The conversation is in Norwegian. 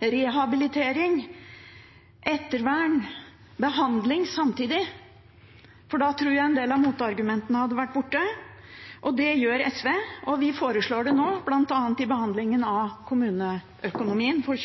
rehabilitering, ettervern og behandling samtidig, for da tror jeg en del av motargumentene hadde vært borte. Det gjør SV, og vi foreslår det nå, bl.a. i behandlingen av kommuneøkonomien for